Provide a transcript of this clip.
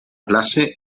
classe